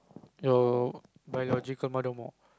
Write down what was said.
your biological mother more